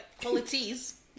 qualities